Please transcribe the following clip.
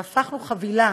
והפכנו חבילה